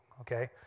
okay